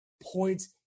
points